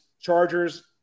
Chargers